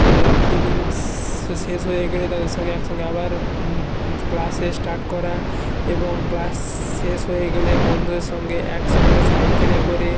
ওই টিফিন শেষ হয়ে গেলে তাদের সঙ্গে একসঙ্গে আবার ক্লাসে স্টার্ট করা এবং ক্লাস শেষ হয়ে গেলে বন্ধুদের সঙ্গে একসঙ্গে সাইকেলে করে